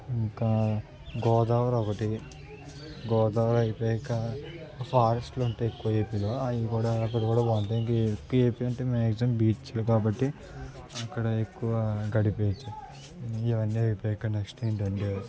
ఇంకా గోదావరి ఒకటి గోదావరి అయిపోయాక ఫారెస్ట్లు ఉంటాయి ఎక్కువ ఏపీలో అవి కూడా అక్కడ కూడా బాగుంటాయి ఇం ఎక్కువ ఏపీలో మ్యాక్సిమమ్ బీచ్లు కాబట్టి అక్కడ ఎక్కువ గడిపచ్చు ఇవన్నీ అయిపోయినాక నెక్స్ట్ ఏంటంటే